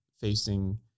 facing